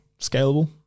scalable